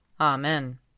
Amen